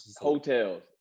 Hotels